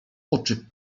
oczy